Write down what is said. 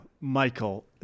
michael